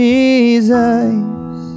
Jesus